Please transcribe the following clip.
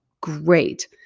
Great